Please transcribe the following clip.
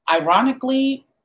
ironically